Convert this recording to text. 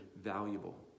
valuable